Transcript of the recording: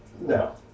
No